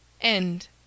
End